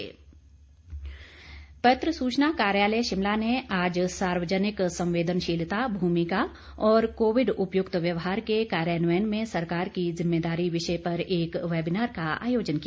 webinar पत्र सूचना कार्यालय शिमला ने आज सार्वजनिक संवेदनशीलता भूमिका और कोविड उपयुक्त व्यवहार के कार्यान्वयन में सरकार की जिम्मेदारी विषय पर एक वेबिनार का आयोजन किया